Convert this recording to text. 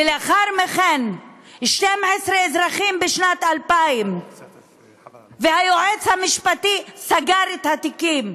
ולאחר מכן 12 אזרחים בשנת 2000. והיועץ המשפטי סגר את התיקים.